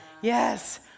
Yes